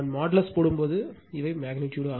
நான் மோட் போடும்போது இவை மெக்னிட்யூடு